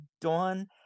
Dawn